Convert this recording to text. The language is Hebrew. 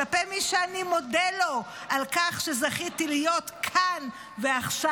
כלפי מי שאני מודה לו על כך שזכיתי להיות כאן ועכשיו,